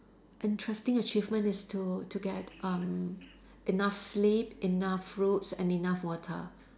interesting achievement is to to get um enough sleep enough fruits and enough water